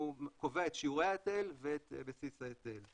קובע את שיעורי ההיטל ואת בסיס ההיטל,